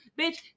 Bitch